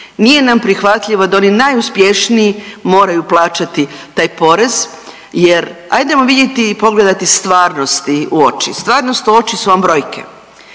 Nije nam prihvatljivo da oni najuspješniji moraju plaćati taj porez, jer hajdemo vidjeti i pogledati stvarnosti u oči. Stvarnost u oči su vam brojke.